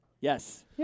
Yes